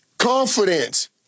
Confidence